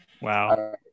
Wow